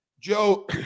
Joe